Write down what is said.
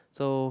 so